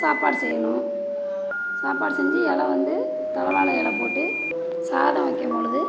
சாப்பாடு செய்யணும் சாப்பாடு செஞ்சி இலை வந்து தலவாழை இலை போட்டு சாதம் வைக்கம் பொழுது